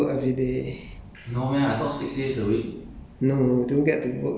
but you don't get to work every day ah I mean at the changi there you don't work every day